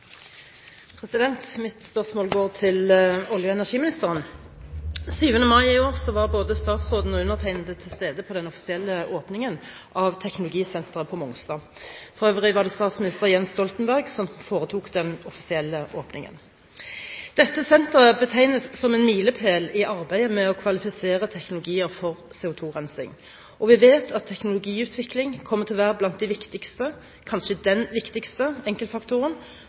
Mitt spørsmål går til olje- og energiministeren. Den 7. mai i år var både statsråden og undertegnede til stede på den offisielle åpningen av teknologisenteret på Mongstad. For øvrig var det statsminister Jens Stoltenberg som foretok den offisielle åpningen. Dette senteret betegnes som en milepæl i arbeidet med å kvalifisere teknologier for CO2-rensing. Vi vet at teknologiutvikling kommer til å være blant de viktigste enkeltfaktorer, kanskje den viktigste,